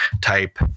type